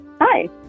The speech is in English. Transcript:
Hi